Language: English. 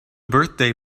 birthday